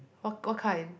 what what kind